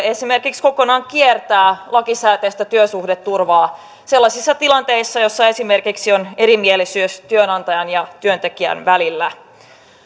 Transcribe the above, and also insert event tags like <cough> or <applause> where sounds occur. <unintelligible> esimerkiksi kokonaan kiertää lakisääteistä työsuhdeturvaa sellaisissa tilanteissa joissa esimerkiksi on erimielisyys työnantajan ja työntekijän välillä